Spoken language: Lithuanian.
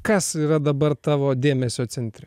kas yra dabar tavo dėmesio centre